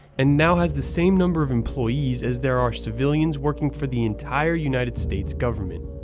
and now has the same number of employees as there are civilians working for the entire united states government.